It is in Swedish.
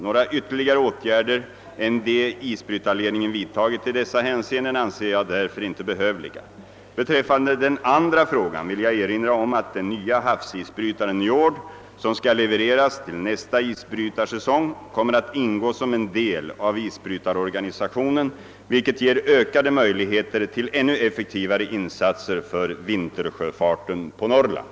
Några ytterligare åtgärder än dem isbrytarledningen vidtagit i dessa hänseenden anser jag därför inte behövliga. Beträffande den andra frågan vill jag erinra om att den nya havsisbrytaren Njord, som skall levereras till nästa isbrytarsäsong, kommer att ingå som en del av isbrytarorganisationen, vilket ger ökade möjligheter till än effektivare insatser för vintersjöfarten på Norrland.